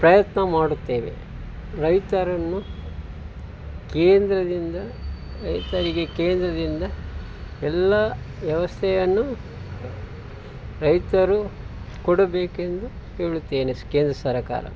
ಪ್ರಯತ್ನ ಮಾಡುತ್ತೇವೆ ರೈತರನ್ನು ಕೇಂದ್ರದಿಂದ ರೈತರಿಗೆ ಕೇಂದ್ರದಿಂದ ಎಲ್ಲ ವ್ಯವಸ್ಥೆಯನ್ನು ರೈತರು ಕೊಡಬೇಕೆಂದು ಹೇಳುತ್ತೇನೆ ಕೇಂದ್ರ ಸರಕಾರ